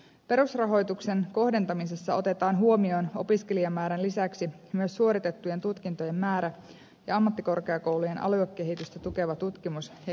perusrahoituksen kohdentamisessa otetaan huomioon opiskelijamäärän lisäksi myös suoritettujen tutkintojen määrä ja ammattikorkeakoulujen aluekehitystä tukeva tutkimus ja kehitystyö